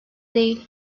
değil